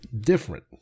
different